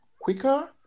quicker